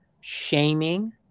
shaming